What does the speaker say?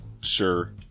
sure